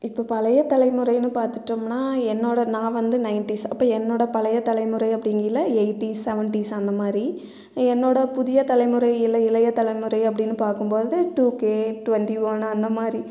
இப்போ பழைய தலைமுறையின்னு பார்த்துட்டோம்னா என்னோட நான் வந்து நைன்டீஸ் அப்போ என்னோட பழைய தலைமுறை அப்படிங்கியில எயிட்டீஸ் செவன்ட்டீஸ் அந்த மாரி என்னோட புதிய தலைமுறையில் இளைய தலைமுறை அப்படின்னு பார்க்கும்போது டூ கே ட்வென்ட்டி ஒன் அந்த மாரி